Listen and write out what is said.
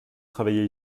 travailler